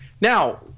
Now